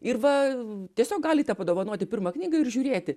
ir va tiesiog galite padovanoti pirmą knygą ir žiūrėti